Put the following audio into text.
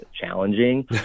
challenging